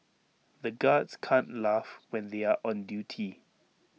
the guards can't laugh when they are on duty